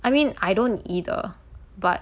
I mean I don't either but